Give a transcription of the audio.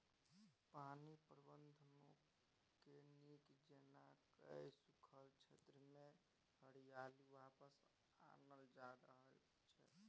पानि प्रबंधनकेँ नीक जेना कए सूखल क्षेत्रमे हरियाली वापस आनल जा रहल छै